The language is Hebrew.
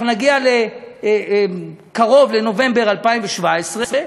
אנחנו נגיע קרוב לנובמבר 2017,